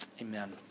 Amen